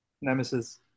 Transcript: nemesis